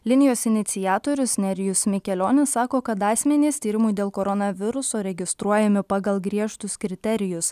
linijos iniciatorius nerijus mikelionis sako kad asmenys tyrimui dėl koronaviruso registruojami pagal griežtus kriterijus